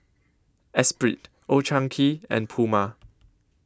Espirit Old Chang Kee and Puma